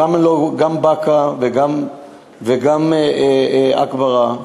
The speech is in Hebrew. גם לגבי באקה וגם עכברה.